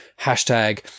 hashtag